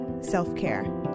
self-care